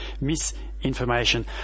misinformation